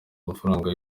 amafaranga